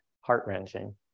heart-wrenching